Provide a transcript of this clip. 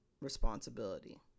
responsibility